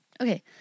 Okay